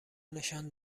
نشان